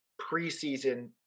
preseason